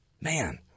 Man